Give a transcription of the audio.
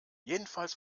jedenfalls